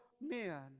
men